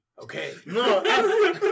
Okay